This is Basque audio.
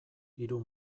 hiru